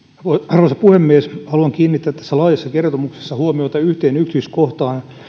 arvoisa puhemies haluan kiinnittää tässä laajassa kertomuksessa huomiota yhteen yksityiskohtaan